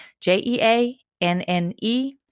J-E-A-N-N-E